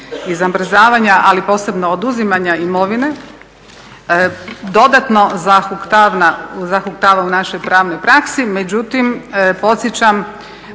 i zamrzavanja ali posebno oduzimanja imovine dodatno zahuktava u našoj pravnoj praksi. Međutim podsjećam